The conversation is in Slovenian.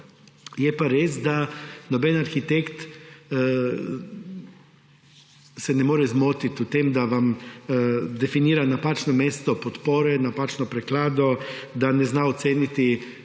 Je pa res, da noben arhitekt se ne more zmotiti v tem, da vam definira napačno mesto podpore, napačno preklado, da ne zna oceniti,